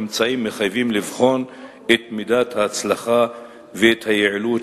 הממצאים מחייבים לבחון את מידת ההצלחה ואת היעילות